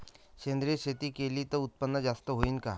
सेंद्रिय शेती केली त उत्पन्न जास्त होईन का?